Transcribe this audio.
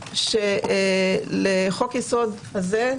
שלחוק יסוד הזה,